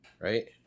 right